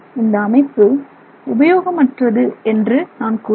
இந்த அமைப்பு உபயோகமற்றது என்று நான் கூறவில்லை